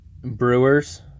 Brewers